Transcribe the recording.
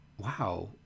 wow